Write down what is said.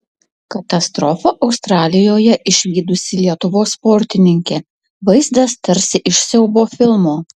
katastrofą australijoje išvydusi lietuvos sportininkė vaizdas tarsi iš siaubo filmo